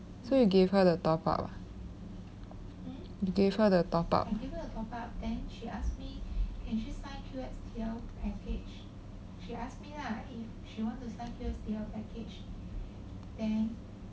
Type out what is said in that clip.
so you gave her the top up ah gave her the top up